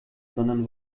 sondern